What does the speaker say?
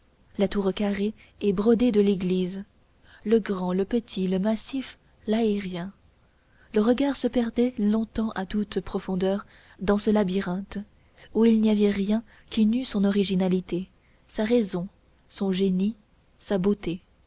la tour carrée et brodée de l'église le grand le petit le massif l'aérien le regard se perdait longtemps à toute profondeur dans ce labyrinthe où il n'y avait rien qui n'eût son originalité sa raison son génie sa beauté